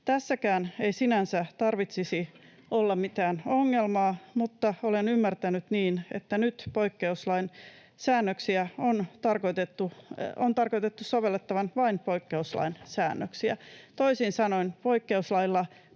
Tässäkään ei sinänsä tarvitsisi olla mitään ongelmaa, mutta olen ymmärtänyt niin, että nyt on tarkoitettu sovellettavan vain poikkeuslain säännöksiä, toisin sanoen poikkeuslailla